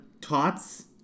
tots